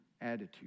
attitude